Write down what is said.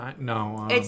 No